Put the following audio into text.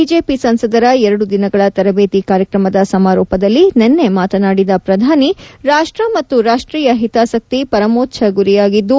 BJP ಸಂಸದರ ಎರಡು ದಿನಗಳ ತರಬೇತಿ ಕಾರ್ಯಕ್ರಮದ ಸಮಾರೋಪದಲ್ಲಿ ನಿನ್ನೆ ಮಾತನಾದಿದ ಪ್ರಧಾನಿ ರಾಷ್ಟ್ರ ಮತ್ತು ರಾಷ್ಟೀಯ ಹಿತಾಸಕ್ತಿ ಪರಮೋಚ್ಲ ಗುರಿಯಾಗಿದ್ದು